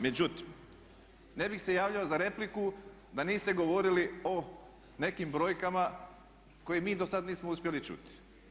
Međutim, ne bih se javljao za repliku da niste govorili o nekim brojkama koje mi dosad nismo uspjeli čuti.